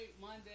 Monday